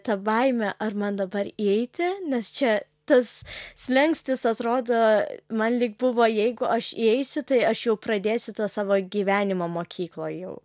ta baimė ar man dabar įeiti nes čia tas slenkstis atrodo man lyg buvo jeigu aš įeisiu tai aš jau pradėsiu tą savo gyvenimą mokykloj jau